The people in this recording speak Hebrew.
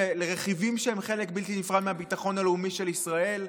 לרכיבים שהם חלק בלתי נפרד מהביטחון הלאומי של ישראל.